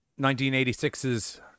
1986's